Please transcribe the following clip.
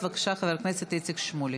בבקשה, חבר הכנסת איציק שמולי.